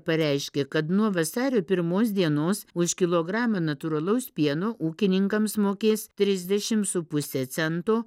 pareiškė kad nuo vasario pirmos dienos už kilogramą natūralaus pieno ūkininkams mokės trisdešim su puse cento